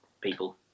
people